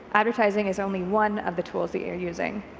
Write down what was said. advertising is only one of the tools that you're using.